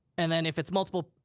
and then if it's multiple,